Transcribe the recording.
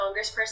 congressperson